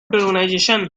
organization